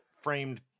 framed